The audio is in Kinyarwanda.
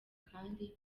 kandi